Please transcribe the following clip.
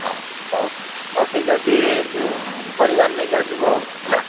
ହଁ ହଉ ହଉ ଠିକ୍ ଅଛି ତୁ ତୋ ପରିବାର ନେଇକି ଆସିବୁ ଆଉ ହେଲା